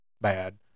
bad